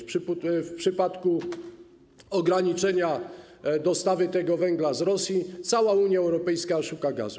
W przypadku ograniczenia dostaw węgla z Rosji cała Unia Europejska szuka gazu.